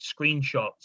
screenshots